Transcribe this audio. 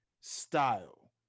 style